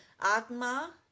Atma